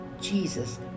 Jesus